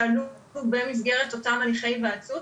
שעלו במסגרת אותם הליכי היוועצות.